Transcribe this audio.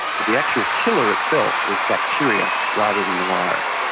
but the actual killer itself was bacteria rather than the virus.